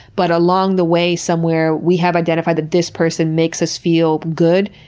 but along the way somewhere, we have identified that this person makes us feel good,